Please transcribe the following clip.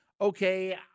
Okay